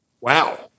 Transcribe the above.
wow